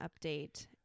update